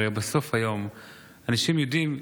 הרי בסוף היום אנשים יודעים,